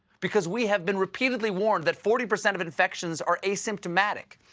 because we have been repeatedly warned that forty percent of infections are asymptomatic.